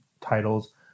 titles